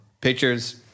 Pictures